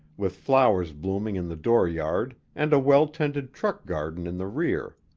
with flowers blooming in the door-yard and a well-tended truck-garden in the rear.